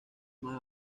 más